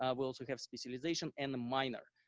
ah we also have specialization and the minor.